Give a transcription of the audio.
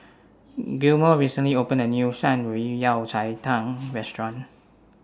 Gilmore recently opened A New Shan Rui Yao Cai Tang Restaurant